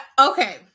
Okay